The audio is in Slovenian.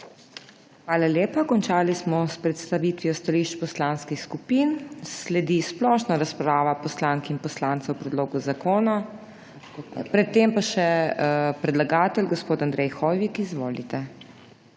Hvala lepa. Končali smo s predstavitvijo stališč poslanskih skupin. Sledi splošna razprava poslank in poslancev o predlogu zakona. Besedo ima pred tem še predlagatelj gospod Andrej Hoivik. Izvolite.